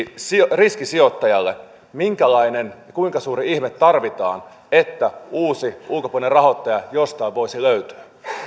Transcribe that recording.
suuri riski sijoittajalle niin minkälainen kuinka suuri ihme tarvitaan että uusi ulkopuolinen rahoittaja jostain voisi löytyä